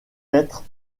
être